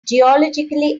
geologically